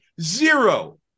Zero